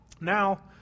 Now